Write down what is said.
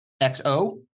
x-o